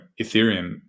Ethereum